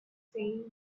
saying